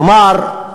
כלומר,